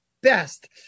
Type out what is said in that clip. best